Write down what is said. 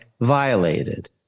violated